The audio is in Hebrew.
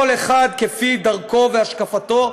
כל אחד כפי דרכו והשקפתו.